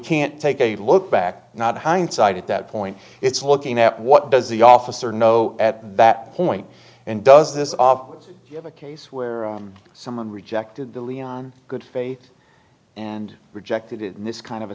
can't take a look back not hindsight at that point it's looking at what does the officer know at that point and does this obviously have a case where someone rejected the leon good faith and rejected it in this kind of a